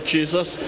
Jesus